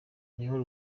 niho